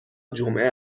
جمعه